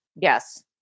Yes